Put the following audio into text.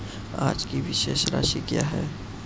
आज की शेष राशि क्या है?